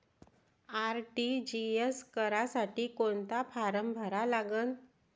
RTGS करासाठी कोंता form भरा लागन?